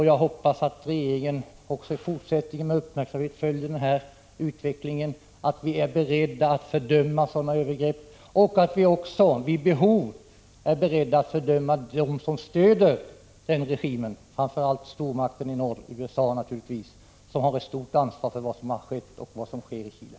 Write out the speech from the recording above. Jag hoppas att regeringen också i fortsättningen med uppmärksamhet följer utvecklingen, att vi är beredda att fördöma sådana övergrepp som det här är fråga om, och att vi även vid behov är beredda att fördöma dem som stöder den nuvarande regimen i Chile, framför allt stormakten i norr, USA, som har ett stort ansvar för vad som har skett och sker i Chile.